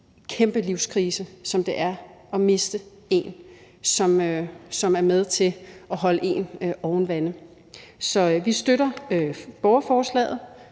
kæmpe livskrise, som det er at miste en, som er med til at holde en oven vande. Så vi støtter borgerforslaget